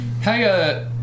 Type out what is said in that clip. Hey